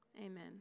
Amen